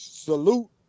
Salute